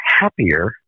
happier